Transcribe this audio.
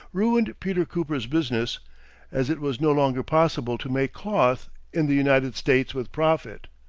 ruined peter cooper's business as it was no longer possible to make cloth in the united states with profit.